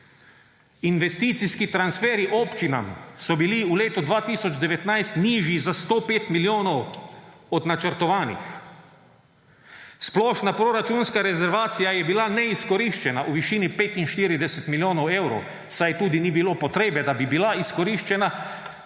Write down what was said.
Investicijski transferji občinam so bili v letu 2019 nižji za 105 milijonov od načrtovanih. Splošna proračunska rezervacija je bila neizkoriščena v višini 45 milijonov evrov, saj tudi ni bilo potrebe, da bi bila izkoriščena,